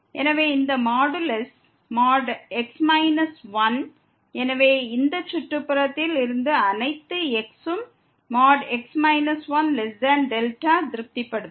எனவே இந்த modulus x 1 எனவே இந்த சுற்றுப்புறத்தில் இருந்து அனைத்து x ம் x 1δ திருப்திப்படுத்தும்